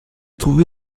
trouvé